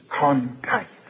contact